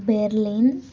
Berlin